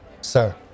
Sir